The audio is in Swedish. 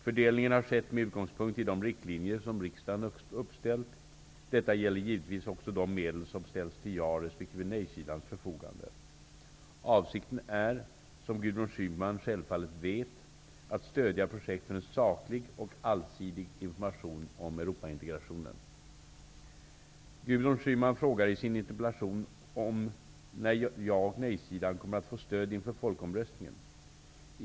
Fördelningen har skett med utgångspunkt i de riktlinjer som riksdagen uppställt. Detta gäller givetvis också de medel som ställts till ja resp. nejsidans förfogande. Avsikten är, som Gudrun Schyman självfallet vet, att stödja projekt för en saklig och allsidig information om Gudrun Schyman frågar i sin interpellation om när ja resp. nej-sidan kommer att få stöd inför folkomröstningen.